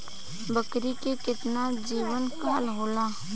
बकरी के केतना जीवन काल होला?